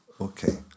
Okay